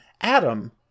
Adam-